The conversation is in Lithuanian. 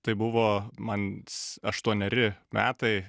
tai buvo man aštuoneri metai